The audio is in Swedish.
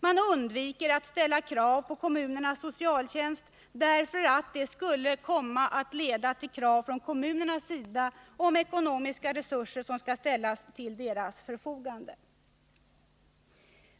Man undviker att ställa krav på kommunernas socialtjänst därför att det skulle komma att leda till krav från kommunernas sida på att ekonomiska resurser skall ställas till deras förfogande.